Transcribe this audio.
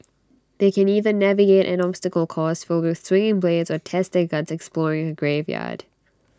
they can either navigate an obstacle course filled with swinging blades or test their guts exploring A graveyard